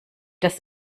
das